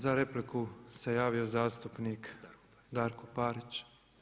Za repliku se javio zastupnik Darko Parić.